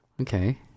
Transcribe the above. Okay